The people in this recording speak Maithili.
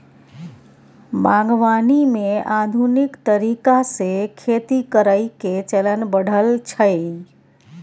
बागवानी मे आधुनिक तरीका से खेती करइ के चलन बढ़ल छइ